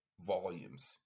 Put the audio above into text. volumes